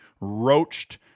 roached